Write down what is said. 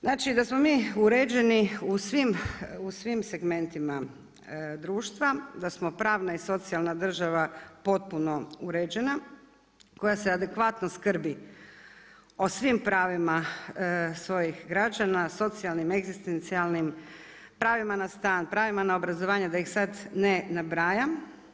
Znači da smo mi uređeni u svim segmentima društva, da smo pravna i socijalna država potpuno uređena, koja se adekvatno skrbi o svim pravima svojih građana, socijalnim egzistencijalnim, pravima na stan, pravima na obrazovanje, da ih sad ne nabrajam.